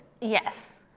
Yes